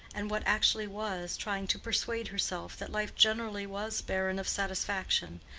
and what actually was, trying to persuade herself that life generally was barren of satisfaction,